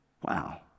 Wow